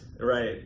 Right